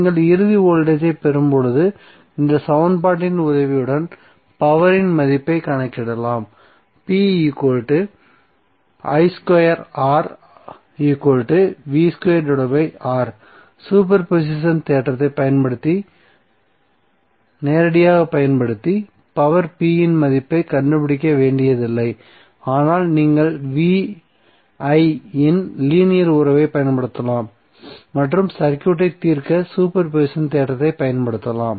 நீங்கள் இறுதி வோல்டேஜ் ஐப் பெறும்போது இந்த சமன்பாட்டின் உதவியுடன் பவரின் மதிப்பைக் கணக்கிடலாம் சூப்பர் போசிஷன் தேற்றத்தை நேரடியாக பயன்படுத்தி பவர் இன் மதிப்பைக் கண்டுபிடிக்க வேண்டியதில்லை ஆனால் நீங்கள் VI இன் லீனியர் உறவைப் பயன்படுத்தலாம் மற்றும் சர்க்யூட்டை தீர்க்க சூப்பர் பொசிஷன் தேற்றத்தைப் பயன்படுத்தலாம்